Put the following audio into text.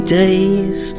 days